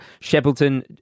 Sheppleton